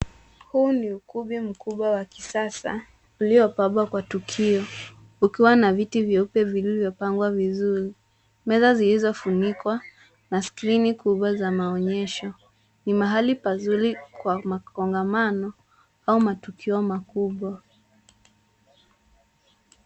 Huu ni ukumbi mkubwa wa kisasa uliopambwa kwa tukio, ukiwa na viti vyeupe vilivyopangwa vizuri, meza zilizofunikwa na skrini kubwa za maonyesho. Ni mahali pazuri kwa makongamano au matukio makubwa.